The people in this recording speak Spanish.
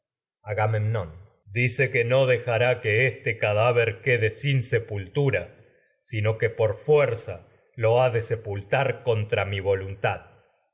dice que no dejará que por este cadáver quede sin sepultura sino que fuerza lo ha de se pultar contra mi voluntad